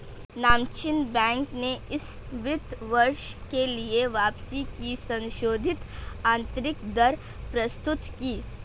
नामचीन बैंक ने इस वित्त वर्ष के लिए वापसी की संशोधित आंतरिक दर प्रस्तुत की